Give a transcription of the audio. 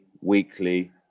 weekly